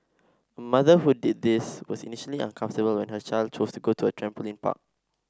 a mother who did this was initially uncomfortable when her child chose to go to a trampoline park